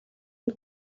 энэ